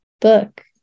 book